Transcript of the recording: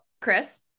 Chris